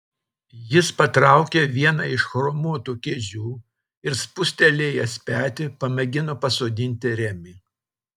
jis patraukė vieną iš chromuotų kėdžių ir spustelėjęs petį pamėgino pasodinti remį